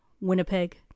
Winnipeg